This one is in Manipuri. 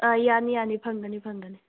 ꯑꯥ ꯌꯥꯅꯤ ꯌꯥꯅꯤ ꯐꯪꯒꯅꯤ ꯐꯪꯒꯅꯤ